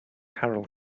carol